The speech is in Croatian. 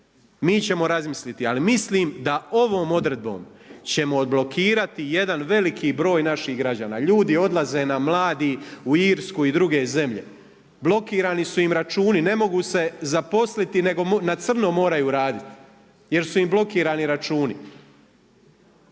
mi ćemo razmisliti, ali mislim da ovom odredbom ćemo odblokirati jedan veliki broj naših građana. Ljudi, odlaze nam mladi u Irsku i druge zemlje, blokirani su im računi, ne mogu se zaposliti nego na crno moraju raditi jer su im blokirani računi.